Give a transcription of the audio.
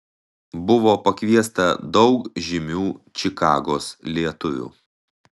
buvo pakviesta daug žymių čikagos lietuvių